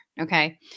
Okay